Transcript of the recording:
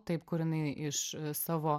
taip kur jinai iš savo